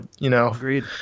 Agreed